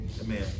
Amen